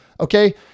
Okay